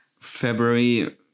February